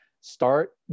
Start